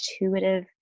intuitive